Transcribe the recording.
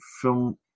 Film